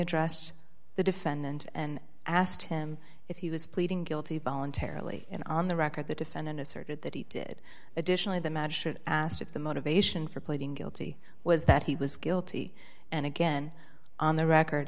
addressed the defendant and asked him if he was pleading guilty voluntarily and on the record the defendant asserted that he did additionally the magistrate asked if the motivation for pleading guilty was that he was guilty and again on the record